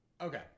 Okay